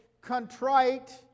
contrite